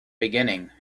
beginning